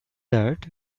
that